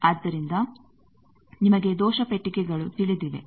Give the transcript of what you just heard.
ಆದ್ದರಿಂದ ನಿಮಗೆ ದೋಷ ಪೆಟ್ಟಿಗೆಗಳು ತಿಳಿದಿವೆ